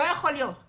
כבר עברה